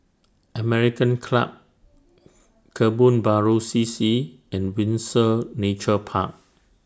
American Club Kebun Baru C C and Windsor Nature Park